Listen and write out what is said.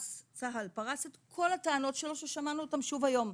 צה"ל פרס את כל הטענות שלו ששמענו אותן שוב היום,